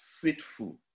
faithful